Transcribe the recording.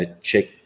check